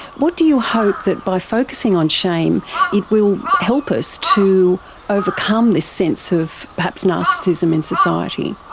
what do you hope that by focusing on shame it will help us to overcome this sense of perhaps narcissism in society?